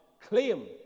claim